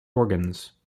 organs